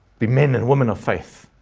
be men and women of faith.